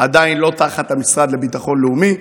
שעדיין לא תחת המשרד לביטחון לאומי,